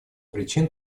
причин